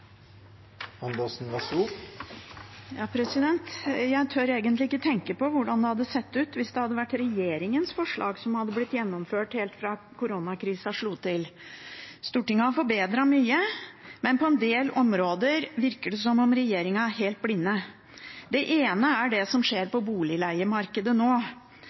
Jeg tør egentlig ikke tenke på hvordan det hadde sett ut hvis det hadde vært regjeringens forslag som hadde blitt gjennomført helt fra koronakrisen slo til. Stortinget har forbedret mye, men på en del områder virker det som om regjeringen er helt blind. Det ene er det som skjer på boligleiemarkedet nå.